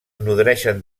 nodreixen